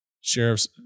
Sheriffs